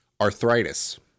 arthritis